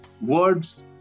words